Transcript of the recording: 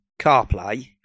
CarPlay